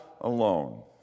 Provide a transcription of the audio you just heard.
alone